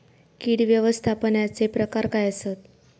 कीड व्यवस्थापनाचे प्रकार काय आसत?